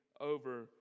over